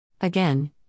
Again